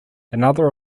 another